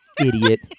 Idiot